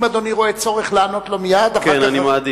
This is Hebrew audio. אם אדוני רואה צורך לענות לו מייד, כן, אני מעדיף.